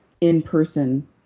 in-person